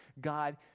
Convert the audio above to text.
God